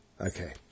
okay